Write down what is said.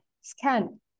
scan